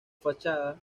fachada